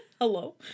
Hello